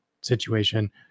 situation